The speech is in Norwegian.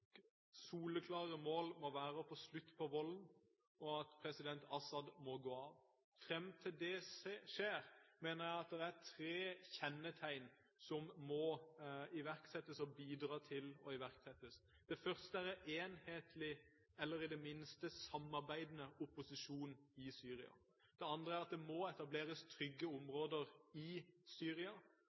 soleklare mål må være å få slutt på volden og at president al-Assad må gå av. Fram til det skjer, mener jeg at det er tre tiltak som må iverksettes, og som vi må bidra til å iverksette. Det første er en enhetlig, eller i det minste en samarbeidende, opposisjon i Syria, det andre er at det må etableres trygge områder i Syria,